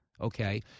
Okay